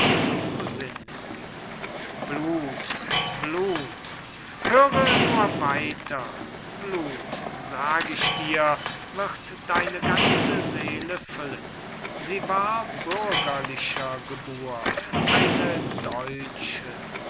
kosinsky blut blut höre nur weiter blut sag ich dir wird deine ganze seele füllen sie war bürgerlicher geburt eine deutsche